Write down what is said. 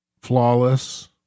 flawless